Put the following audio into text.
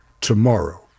tomorrow